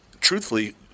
truthfully